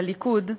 הליכוד,